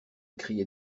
criait